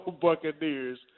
Buccaneers